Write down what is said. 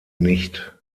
nicht